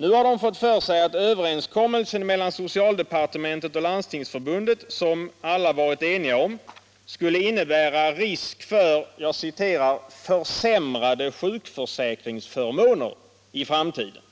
Nu har de fått för sig att överenskommelsen mellan socialdepartementet och Landstingsförbundet — som alla varit eniga om — skulle innebära risk för ”försämrade sjukförsäkringsförmåner” i framtiden.